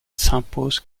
s’impose